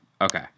Okay